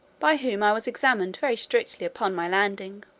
by whom i was examined very strictly upon my landing.